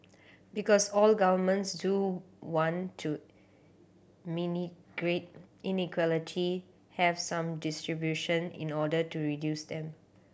because all governments do want to mini inequality have some distribution in order to reduce them